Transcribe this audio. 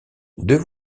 deux